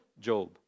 Job